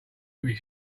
movie